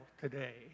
today